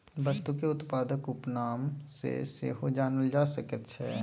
वस्तुकेँ उत्पादक उपनाम सँ सेहो जानल जा सकैत छै